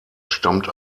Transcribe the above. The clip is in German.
stammt